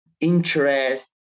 interest